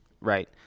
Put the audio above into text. right